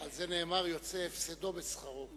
על זה נאמר: יוצא הפסדו בשכרו.